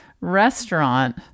restaurant